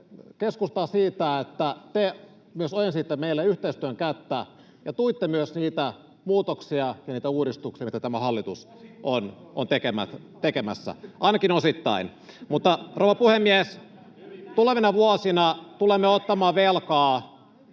keskustaa siitä, että te myös ojensitte meille yhteistyön kättä ja tuitte myös niitä muutoksia ja niitä uudistuksia, mitä tämä hallitus on tekemässä. [Keskeltä: Osittain!] — Ainakin osittain. Rouva puhemies! Tulevina vuosina tulemme ottamaan velkaa